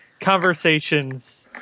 conversations